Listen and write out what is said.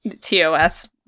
TOS